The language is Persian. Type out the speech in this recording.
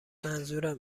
منظورم